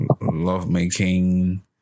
lovemaking